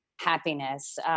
happiness